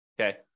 okay